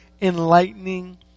enlightening